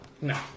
No